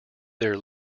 their